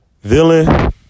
villain